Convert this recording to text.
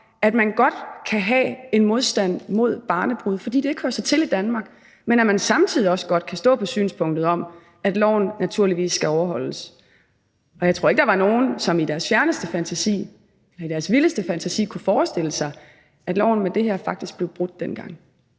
at man godt kan have en modstand mod barnebrude, fordi det ikke hører sig til i Danmark, men samtidig også godt kan stå synspunktet om, at loven naturligvis skal overholdes. Jeg tror ikke, der var nogen, som i deres fjerneste og vildeste fantasi kunne forestille sig, at loven med det her faktisk blev brudt dengang.